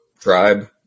tribe